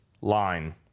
line